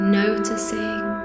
noticing